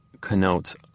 connotes